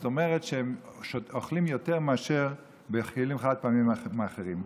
זאת אומרת שהם אוכלים יותר בכלים חד-פעמיים מהאחרים.